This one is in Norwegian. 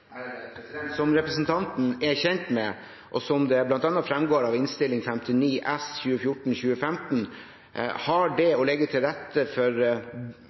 Som representanten er kjent med, og som det fremgår av Innst. 59 S for 2014–2015, har det å legge til rette for